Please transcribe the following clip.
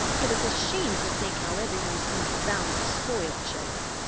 it is a shame to think how every one seems bound to spoil children,